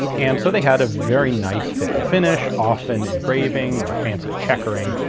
and so they had a very nice fit and finish, often engraving or fancy checkering.